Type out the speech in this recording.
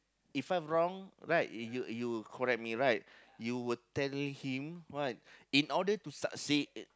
if I wrong right you you correct me right you would tell him right in order to succeed